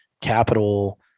capital